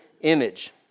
image